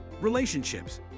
relationships